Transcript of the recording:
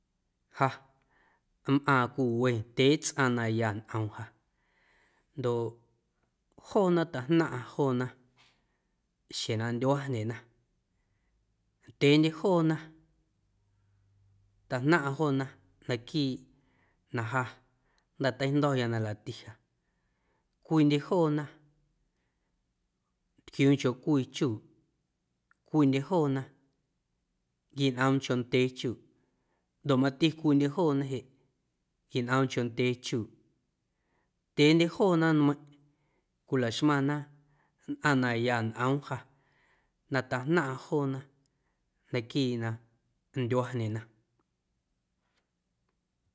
Ja mꞌaaⁿ cwii wendyee tsꞌaⁿ na ya ñꞌoom ja ndoꞌ joona tajnaⁿꞌa joona xjeⁿ na ndyuandyena, ndyeendye joona tajnaⁿꞌa joona naquiiꞌ na ja jnda̱ teijndo̱ya na lati ja cwiindye joona ntquiuuncho cwii chuuꞌ cwiindye joona nquinꞌoomncho ndyee chuuꞌ ndoꞌ mati cwiindye joona jeꞌ nquinꞌoomnchondyee chuuꞌ ndyeendye joona nmeiⁿꞌ cwilaxmaⁿna nnꞌaⁿ na ya ñꞌoom jaa na tajnaⁿꞌa joona naquiiꞌ na ndyuandyena.